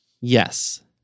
Yes